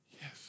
Yes